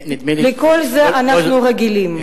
לכל זה אנחנו רגילים.